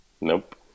Nope